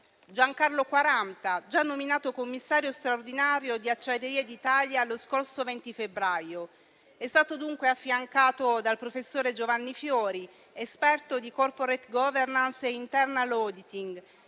Giancarlo Quaranta, già nominato commissario straordinario di Acciaierie d'Italia lo scorso 20 febbraio, è stato dunque affiancato dal professor Giovanni Fiori, esperto di *corporate governance* e *internal auditing*,